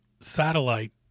satellite